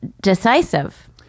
decisive